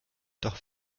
doch